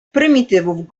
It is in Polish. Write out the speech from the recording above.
prymitywów